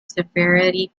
severity